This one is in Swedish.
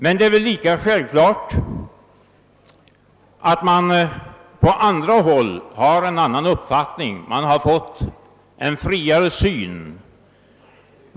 Men det är väl lika självklart att man på andra håll har en annan uppfattning. Man har fått en friare syn.